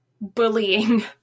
bullying